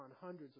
Hundreds